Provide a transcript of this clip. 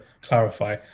clarify